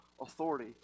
authority